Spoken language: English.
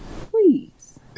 please